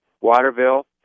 Waterville